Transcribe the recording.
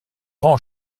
rend